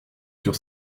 sur